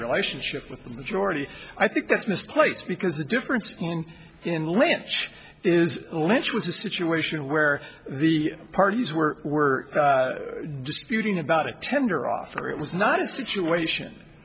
relationship with the majority i think that's misplaced because the difference in in lynch is a lynch was a situation where the parties were were disputing about a tender offer it was not a situation